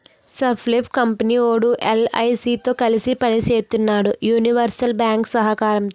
Sun Life company వోడు LIC తో కలిసి పని సేత్తన్నాడు యూనివర్సల్ బ్యేంకు సహకారంతో